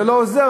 זה לא עוזר.